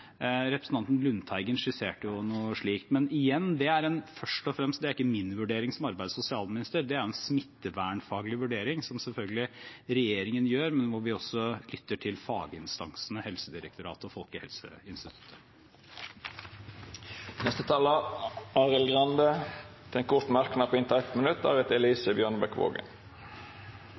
Representanten Lundteigen skisserte noe slikt. Men igjen: Det er ikke min vurdering som arbeids- og sosialminister. Det er en smittevernfaglig vurdering, som regjeringen selvfølgelig gjør, men hvor vi også lytter til faginstansene, Helsedirektoratet og Folkehelseinstituttet. Representanten Arild Grande har hatt ordet to gonger tidlegare og får ordet til ein kort merknad, avgrensa til 1 minutt.